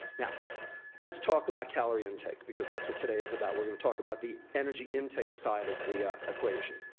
yeah let's talk about calorie intake, because that's what today is about. we're gonna talk about the energy intake side of the equation.